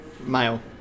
Male